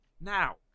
now